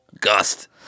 Gust